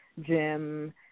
Jim